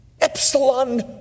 Epsilon